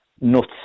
nuts